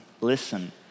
listen